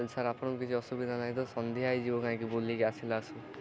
sir ଆପଣଙ୍କୁ କିଛି ଅସୁବିଧା ନାହିଁ ତ ସନ୍ଧ୍ୟା ହେଇଯିବ କାହିଁକି ବୁଲିକି ଆସିଲାସୁ